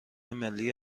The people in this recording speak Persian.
ملی